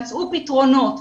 מצאו פתרונות.